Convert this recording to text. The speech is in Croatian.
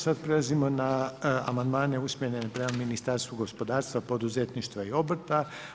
Sada prelazimo na amandmane usmene prema Ministarstvu gospodarstva, poduzetništva i obrta.